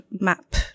map